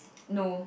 no